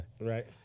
right